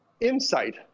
insight